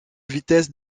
vitesse